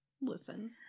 Listen